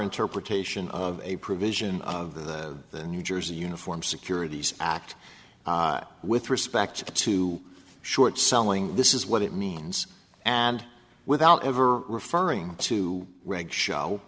interpretation of a provision of the the new jersey uniform securities act with respect to short selling this is what it means and without ever referring to reg show